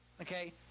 okay